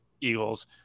Eagles